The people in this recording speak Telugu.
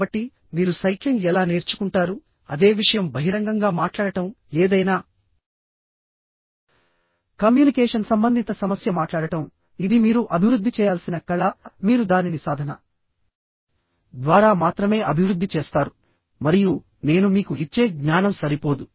కాబట్టిమీరు సైక్లింగ్ ఎలా నేర్చుకుంటారుఅదే విషయం బహిరంగంగా మాట్లాడటం ఏదైనా కమ్యూనికేషన్ సంబంధిత సమస్య మాట్లాడటంఇది మీరు అభివృద్ధి చేయాల్సిన కళ మీరు దానిని సాధన ద్వారా మాత్రమే అభివృద్ధి చేస్తారు మరియు నేను మీకు ఇచ్చే జ్ఞానం సరిపోదు